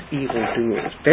evildoers